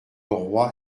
roi